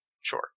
sure